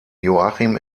joachim